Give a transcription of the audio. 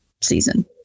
season